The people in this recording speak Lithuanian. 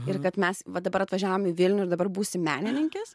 ir kad mes va dabar atvažiavom į vilnių ir dabar būsim menininkės